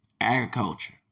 agriculture